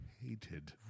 hated